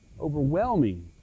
overwhelming